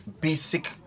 basic